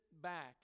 back